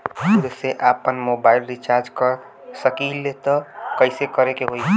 खुद से आपनमोबाइल रीचार्ज कर सकिले त कइसे करे के होई?